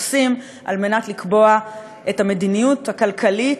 עושים כדי לקבוע את המדיניות הכלכלית,